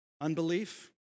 Unbelief